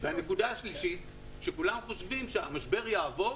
הנקודה השלישית, שכולם חושבים שהמשבר יעבור